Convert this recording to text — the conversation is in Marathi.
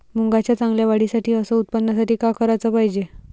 मुंगाच्या चांगल्या वाढीसाठी अस उत्पन्नासाठी का कराच पायजे?